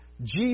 Jesus